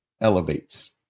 elevates